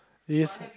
yes